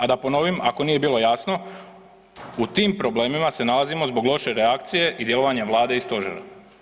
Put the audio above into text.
A da ponovim ako nije bilo jasno u tim problemima se nalazimo zbog loše reakcije i djelovanja Vlade i stožera.